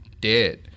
dead